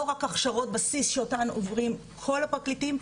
לא רק הכשרות בסיס שעוברים כל הפרקליטים,